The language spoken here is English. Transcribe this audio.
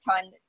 time